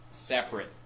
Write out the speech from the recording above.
separate